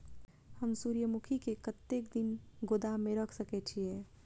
हम सूर्यमुखी के कतेक दिन गोदाम में रख सके छिए?